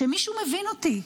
שמישהו מבין אותי.